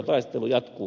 taistelu jatkuu